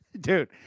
Dude